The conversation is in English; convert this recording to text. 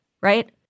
right